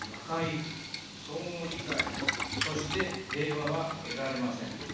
but okay so mordecai so stay hey baba eero remes an